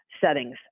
settings